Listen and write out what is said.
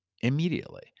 Immediately